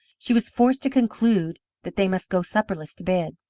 she was forced to conclude that they must go supperless to bed.